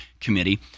Committee